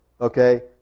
okay